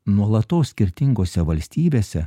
nuolatos skirtingose valstybėse